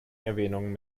erwähnung